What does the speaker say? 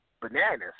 bananas